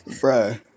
Bro